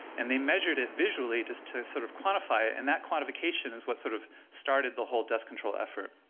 and they measured it visually just to sort of quantify it, and that quantification is what sort of started the whole dust control effort.